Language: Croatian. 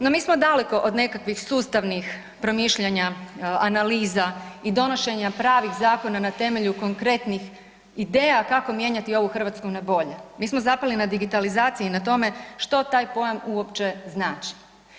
No, mi smo daleko od nekakvih sustavnih promišljanje, analiza i donošenja pravih zakona na temelju konkretnih ideja kako mijenjati ovu Hrvatsku na bolje, mi smo zapeli na digitalizaciji na tome što taj pojam uopće znači.